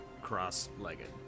cross-legged